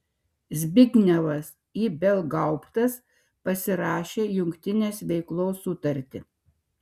zbignevas ibelgauptas pasirašė jungtinės veiklos sutartį